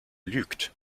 lügt